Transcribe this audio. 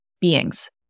beings